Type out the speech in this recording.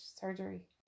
surgery